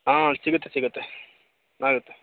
ಹಾಂ ಸಿಗುತ್ತೆ ಸಿಗುತ್ತೆ ಆಗುತ್ತೆ